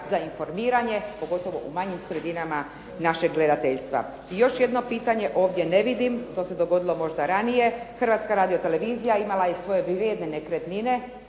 za informiranje, pogotovo u manjim sredinama našeg gledateljstva. I još jedno pitanje, ovdje ne vidim, to se dogodilo možda ranije, Hrvatska radiotelevizija imala je svoje vrijedne nekretnine,